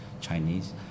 Chinese